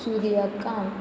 Suryakant